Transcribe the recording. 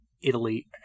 Italy